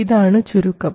ഇതാണ് ചുരുക്കം